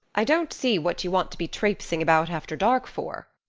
i don't see what you want to be traipsing about after dark for,